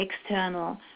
external